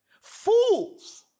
Fools